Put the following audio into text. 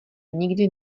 nikdy